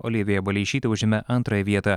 olivija baleišytė užėmė antrąją vietą